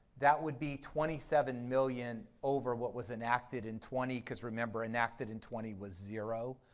that would be twenty seven million over what was enacted in twenty because remember enacted in twenty was zero.